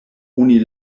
oni